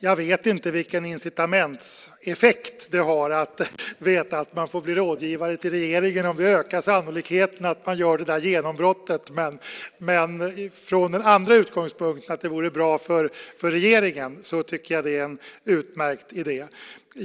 Jag vet inte vilken incitamentseffekt det har att veta att man får bli rådgivare åt regeringen, om det ökar sannolikheten för att man ska göra det stora genombrottet, men från utgångspunkten att det vore bra för regeringen tycker jag att det är en utmärkt idé.